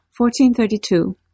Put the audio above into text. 1432